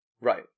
Right